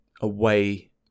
away